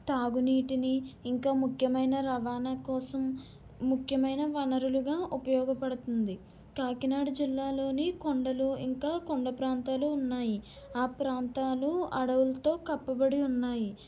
తాగునీటిని ఇంకా ముఖ్యమైన రవాణా కోసం ముఖ్యమైన వనరులుగా ఉపయోగపడుతుంది కాకినాడ జిల్లాలోని కొండలు ఇంకా కొండ ప్రాంతాలు ఉన్నాయి ఆ ప్రాంతాలు అడవులతో కప్పబడి ఉన్నాయి